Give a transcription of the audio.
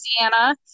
louisiana